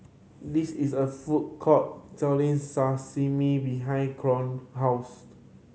this is a food court selling Sashimi behind Cohen house